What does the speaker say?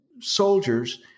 soldiers